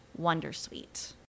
Wondersuite